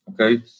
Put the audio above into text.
Okay